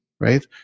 right